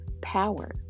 power